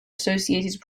associated